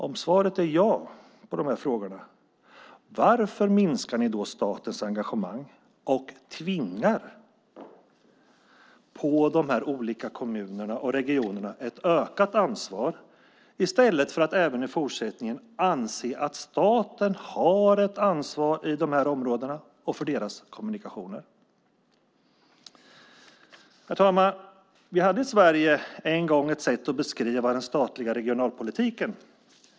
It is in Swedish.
Om svaret är jo på de här frågorna undrar jag: Varför minskar ni statens engagemang och tvingar på de olika kommunerna och regionerna ett ökat ansvar i stället för att även i fortsättningen anse att staten har ett ansvar i de här områdena och för deras kommunikationer? Herr talman! Vi hade i Sverige en gång ett sätt att beskriva den statliga regionalpolitiken.